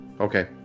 Okay